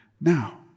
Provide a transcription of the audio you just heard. now